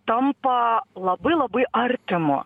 tampa labai labai artimo